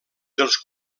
dels